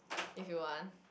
if you want